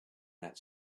that